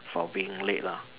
for being late lah